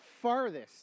farthest